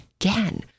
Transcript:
again